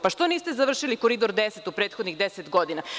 Pa, što niste završili Koridor 10 u prethodnih 10 godina?